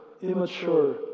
immature